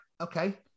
okay